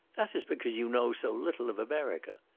that is because you know so little of america,